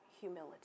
humility